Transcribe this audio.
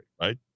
right